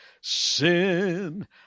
sin